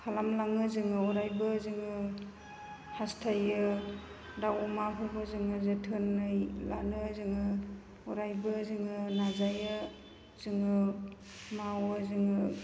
खालामलाङो जोङो अरायबो जोङो हास्थायो दाउ अमाफोरखौ जोङो जोथोनै लानो जोङो अरायबो जोङो नाजायो जोङो मावो जोङो